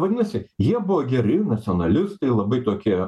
vadinasi jie buvo geri nacionalistai labai tokie